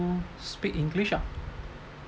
um speak english lah